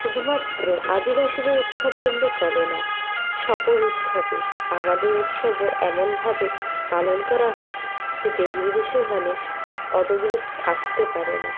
শুধুমাত্র আদিবাসীদের উৎসব বললে চলে না সকল উৎসবে আমাদের উৎসবও এমনভাবে পালন করা হয় যে দেশ বিদেশের মানুষ অত দূরে থাকতে পারে না